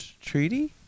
treaty